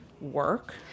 work